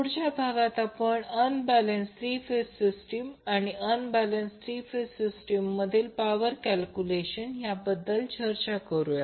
पुढच्या भागात आपण अनबॅलेन्स थ्री फेज सिस्टीम आणि अनबॅलेन्स थ्री फेज सिस्टीम मधील पॉवर कॅल्क्युलेशन याबद्दल चर्चा करुया